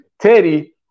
Teddy